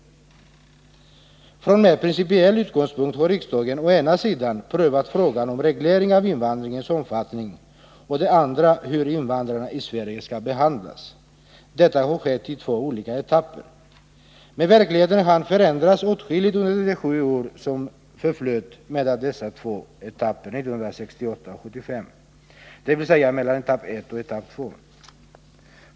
Från mer principiell utgångspunkt har riksdagen å ena sidan prövat frågan Handläggningen om reglering av invandringens omfattning och å andra sidan frågan om hur av utlänningsäreninvandrarna i Sverige skall behandlas. Detta har skett i två olika etapper. — den Men verkligheten hann förändras åtskilligt under de sju år som förflöt mellan dessa två etapper 1968 och 1975, dvs. mellan etapp ett och etapp två.